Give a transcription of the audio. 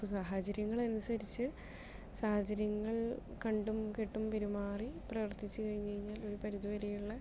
ഇപ്പം സാഹചര്യങ്ങൾ അനുസരിച്ച് സാഹചര്യങ്ങൾ കണ്ടും കേട്ടും പെരുമാറി പ്രവർത്തിച്ചു കഴിഞ്ഞു കഴിഞ്ഞാൽ ഒരു പരിധി വരെയുള്ള